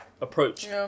approach